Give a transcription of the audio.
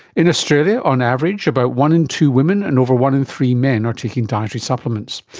in australia, on average, about one in two women and over one in three men are taking dietary supplements.